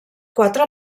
quatre